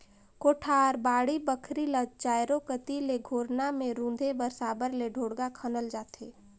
कोठार, बाड़ी बखरी ल चाएरो कती ले घोरना मे रूधे बर साबर मे ढोड़गा खनल जाथे